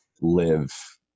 live